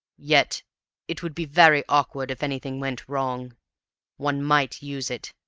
yet it would be very awkward if anything went wrong one might use it,